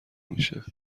میشه